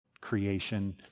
creation